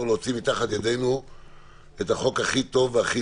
להוציא מתחת ידנו את החוק הכי טוב והכי